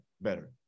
better